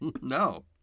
No